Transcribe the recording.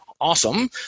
awesome